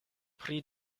pri